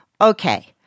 Okay